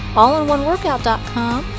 allinoneworkout.com